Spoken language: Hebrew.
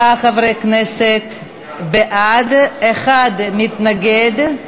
49 חברי כנסת בעד, אחד מתנגד.